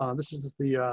um this is is the